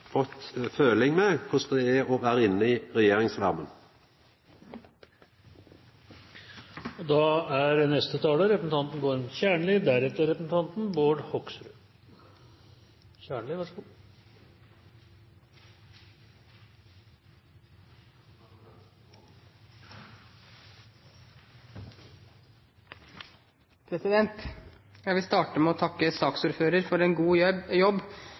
fått føling med korleis det er å vera inne i regjeringsvarmen. Jeg vil starte med å takke saksordføreren for en god jobb